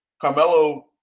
Carmelo